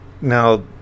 now